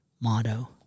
motto